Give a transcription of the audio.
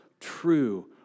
true